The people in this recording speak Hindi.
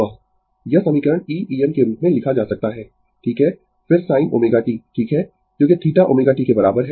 Refer Slide Time 1213 यह समीकरण e Em के रूप में लिखा जा सकता है ठीक है फिर sin ω t ठीक है क्योंकि θ ω t के बराबर है